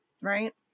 right